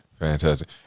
Fantastic